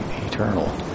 eternal